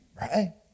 right